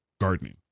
gardening